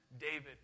David